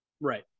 Right